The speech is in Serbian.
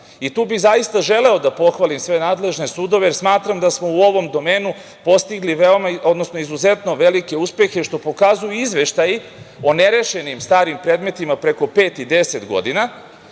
Tu bih zaista želeo da pohvalim sve nadležne sudove, jer smatram da smo u ovom domenu postigli izuzetno velike uspehe, što pokazuju izveštaji o nerešenim starim predmetima preko pet i deset godina.